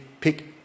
pick